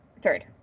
Third